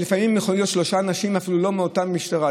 ולפעמים יכול להיות שאלה שלושה אנשים לא מאותה משטרה.